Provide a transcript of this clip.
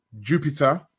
Jupiter